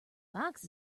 box